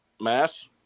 Mass